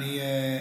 אה,